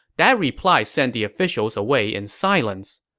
that reply sent the officials away in silence.